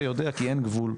זה יודע כי אין גבול.